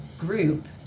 group